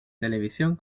televisión